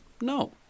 No